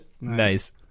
Nice